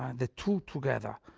um the two together,